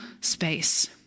space